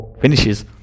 finishes